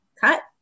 cut